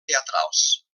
teatrals